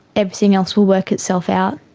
everything else will work itself out.